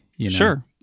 sure